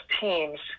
teams